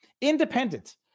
Independent